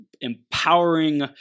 empowering